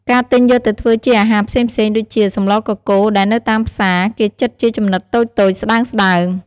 ការទិញយកទៅធ្វើជាអាហារផ្សេងៗ ដូចជា សម្លកកូរ ដែលនៅតាមផ្សារ គេចិតជាចំណិតតូចៗ ស្តើងៗ។